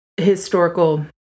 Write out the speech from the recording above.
historical